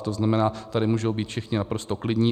To znamená, tady můžou být všichni naprosto klidní.